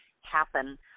happen